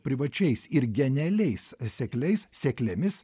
privačiais ir genialiais sekliais seklėmis